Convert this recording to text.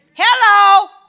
Hello